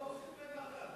למה,